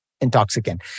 intoxicant